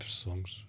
songs